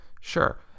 Sure